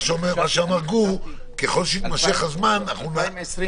גור אמר שככל שיימשך הזמן --- את דוח 2020